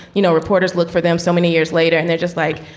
you know, reporters look for them so many years later and they're just like,